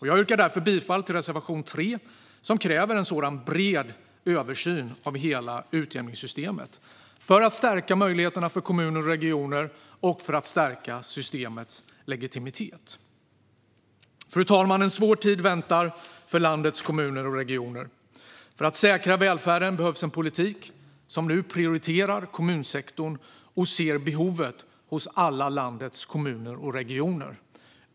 Jag yrkar bifall till reservation 3, där vi kräver en bred översyn av hela utjämningssystemet för att stärka möjligheterna för kommuner och regioner och för att stärka systemets legitimitet. Fru talman! En svår tid väntar för landets kommuner och regioner. För att säkra välfärden behövs en politik som nu prioriterar kommunsektorn och ser behoven hos alla landets kommuner och regioner.